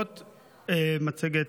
מצגת,